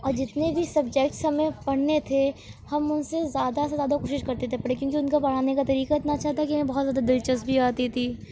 اور جتنے بھی سبجیکٹس ہمیں پڑھنے تھے ہم ان سے زیادہ سے زیادہ کوشش کرتے تھے پڑھیں کیونکہ ان کا پڑھانے کا طریقہ اتنا اچھا تھا کہ ہمیں بہت زیادہ دلچسپی آتی تھی